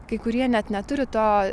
kai kurie net neturi to